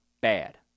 bad